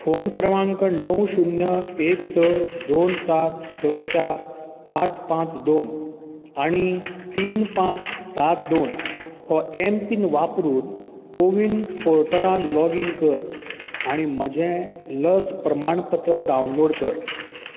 phone क्रमांक णव शुन्य एक स दोन सात स चार आठ पांच दोन आनी तीन पांच सात दोन हो एमपीन वापरून कोवीन पोर्टलांत लॉगीन कर आनी म्हजें लस प्रमाणपत्र डावनलोड कर